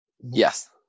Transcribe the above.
Yes